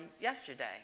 yesterday